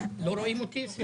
לא רואים אותי?